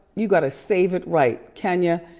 you gotta save it right. kenya,